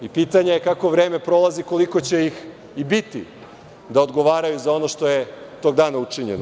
Pitanje je kako vreme prolazi, koliko će ih i biti da odgovaraju za ono što je tog dana učinjeno.